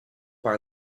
bar